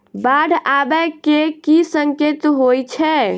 बाढ़ आबै केँ की संकेत होइ छै?